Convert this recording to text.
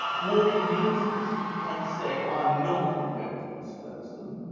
what it means is he can say i'm not prepared to disclose them,